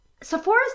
Sephora's